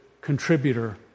contributor